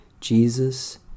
Jesus